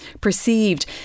perceived